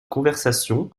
conversation